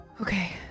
Okay